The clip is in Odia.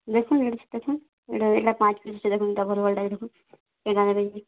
ଦେଖୁନ୍ ଇ'ଟା ଦେଖୁନ୍ ଇ'ଟା ଇ'ଟା ପାଞ୍ଚ୍ ପିସ୍ ଅଛେ ଦେଖୁନ୍ ଭଲ୍ ଭଲ୍ ଟା ଦେଖୁନ୍ କେନ୍ଟା ନେବେ ଯେ